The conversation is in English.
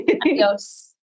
Adios